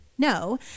No